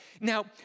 Now